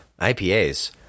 IPAs